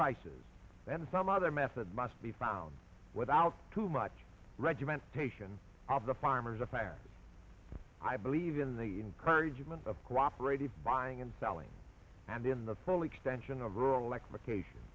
prices and some other method must be found without too much regimentation of the farmers a fact i believe in they encourage amount of cooperative buying and selling and in the full extension of rural electrification